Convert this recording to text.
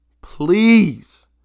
please